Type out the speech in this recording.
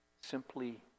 Simply